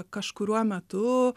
kažkuriuo metu